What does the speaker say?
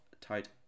tight